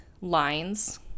lines